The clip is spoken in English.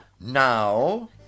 now